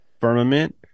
firmament